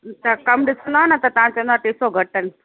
तव्हां कमु ॾिसंदव न त तव्हां चवंदव टे सौ घटि अहिनि